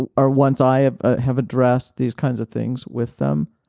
and or once i ah have addressed these kinds of things with them,